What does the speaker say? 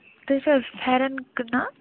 تۄہہِ چھِو حظ پھٮ۪رن کٕنان